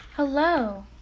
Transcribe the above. hello